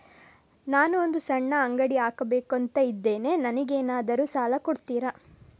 ನಾನು ಒಂದು ಸಣ್ಣ ಅಂಗಡಿ ಹಾಕಬೇಕುಂತ ಇದ್ದೇನೆ ನಂಗೇನಾದ್ರು ಸಾಲ ಕೊಡ್ತೀರಾ?